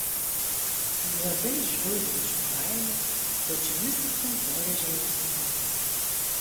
juodai žvilgančiu kailiu stačiomis it kankorėžiai ausimis